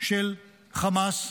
של חמאס,